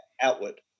outward